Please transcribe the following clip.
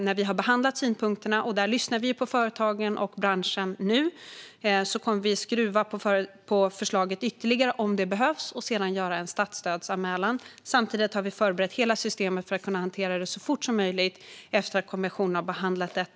När vi behandlat synpunkterna - och där lyssnar vi nu på företagen och branschen - kommer vi att skruva ytterligare på förslaget, om det behövs, och sedan göra en statsstödsanmälan. Samtidigt har vi förberett hela systemet för att kunna hantera detta så fort som möjligt efter att kommissionen har behandlat det.